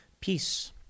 peace